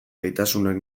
gaitasunak